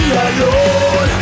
alone